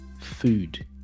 food